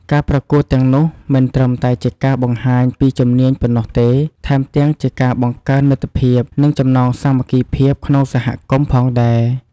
ការប្រកួតទាំងនោះមិនត្រឹមតែជាការបង្ហាញពីជំនាញប៉ុណ្ណោះទេ ថែមទាំងជាការបង្កើនមិត្តភាព និងចំណងសាមគ្គីភាពក្នុងសហគមន៍ផងដែរ។